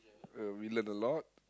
ah we learn a lot